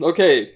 Okay